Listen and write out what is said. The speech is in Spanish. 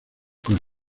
con